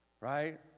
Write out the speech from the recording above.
right